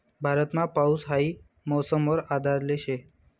भारतमा पाऊस हाई मौसम वर आधारले शे